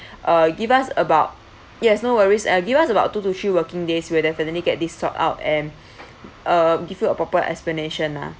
uh give us about yes no worries give us about two to three working days we'll definitely get this sort out and uh give you a proper explanation lah